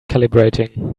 calibrating